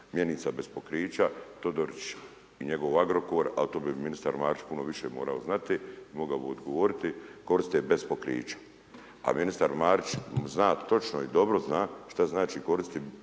mjenica bez pokrića Todorić i njegov Agrokor al to bi ministar Marić puno više morao znati, mogao bi odgovoriti koriste bez pokrića a ministar Marić zna točno i dobro zna šta znači koristiti